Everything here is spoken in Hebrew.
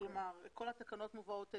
כל התקנות מובאות אליה.